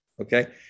Okay